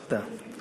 תודה.